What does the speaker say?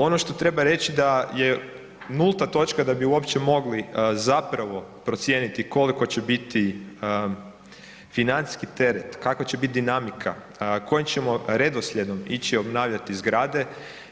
Ono to treba reći da je nulta točka da bi uopće mogli zapravo procijeniti koliko će biti financijski teret, kakva će biti dinamika, kojim ćemo redoslijedom ići obnavljati zgrade